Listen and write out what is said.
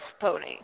pony